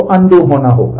तो अनडू होना होगा